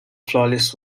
flawless